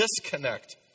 disconnect